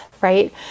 right